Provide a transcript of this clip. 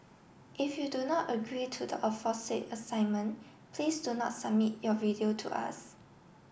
if you do not agree to the aforesaid assignment please do not submit your video to us